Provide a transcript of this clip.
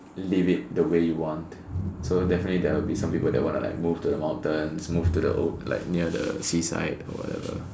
live it the way you want so definitely there would be some people that wanna like move to the mountains move to the sea side or whatever